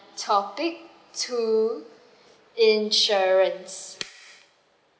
topic two insurance